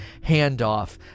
handoff